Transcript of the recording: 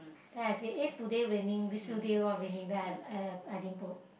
then I see eh today raining these few day all raining then I I I didn't put